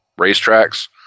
racetracks